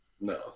No